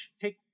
take